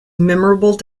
memorable